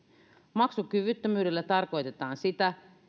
maksukyvyttömyydellä tarkoitetaan sitä